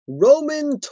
Roman